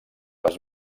les